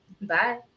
Bye